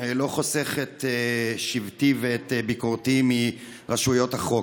לא חוסך את שבטי ואת ביקורתי מרשויות החוק,